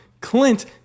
clint